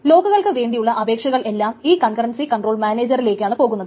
ലോക്കുകൾക്ക് വേണ്ടിയുള്ള അപേക്ഷകൾ എല്ലാം ഈ കൺകറൻസി കൺട്രോൾ മാനേജറിലേക്കാണ് പോകുന്നത്